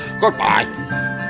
Goodbye